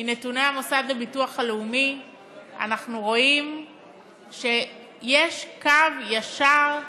מנתוני המוסד לביטוח לאומי אנחנו רואים שיש קו ישר.